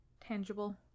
Tangible